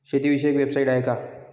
शेतीविषयक वेबसाइट आहे का?